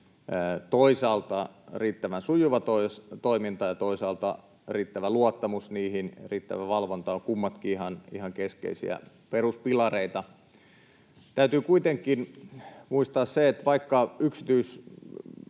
toisaalta niiden riittävän sujuva toiminta ja toisaalta riittävä luottamus niihin, riittävä valvonta, ovat kummatkin ihan keskeisiä peruspilareita. Täytyy kuitenkin muistaa se, että vaikka sekä